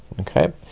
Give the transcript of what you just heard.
okay,